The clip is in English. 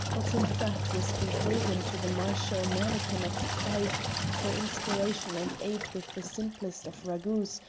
but in fact was beholden to the martial mannikin of fife for inspiration and aid with the simplest of ragouts,